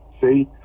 See